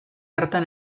hartan